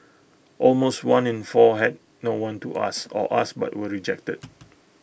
almost one in four had no one to ask or asked but were rejected